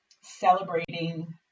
celebrating